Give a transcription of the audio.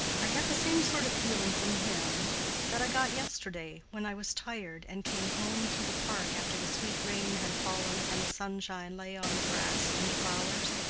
i get the same sort of feeling from him that i got yesterday, when i was tired, and came home through the park after the sweet rain had fallen and the sunshine lay on the grass and flowers.